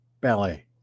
ballet